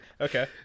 Okay